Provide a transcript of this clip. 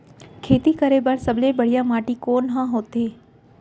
खेती करे बर सबले बढ़िया माटी कोन हा होथे?